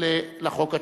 על החוק עצמו.